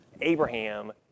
Abraham